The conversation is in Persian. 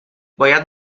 باید